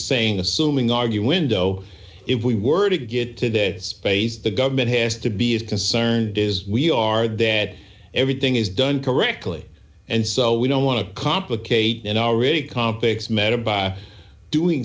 saying assuming argue window if we were to get to that space the government has to be as concerned is we are that everything is done correctly and so we don't want to complicate an already complex matter by doing